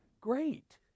great